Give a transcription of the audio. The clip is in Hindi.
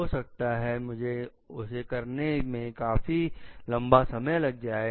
हो सकता है मुझे उसे करने में काफी लंबा समय लग जाए